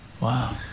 Wow